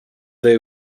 they